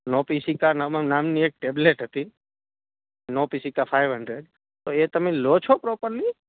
નોપીસીકા નામક નામની એક ટેબ્લેટ હતી નોપીસીકા ફાઇવ હન્ડ્રેડ તો એ તમે લો છો પ્રોપરલી